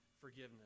forgiveness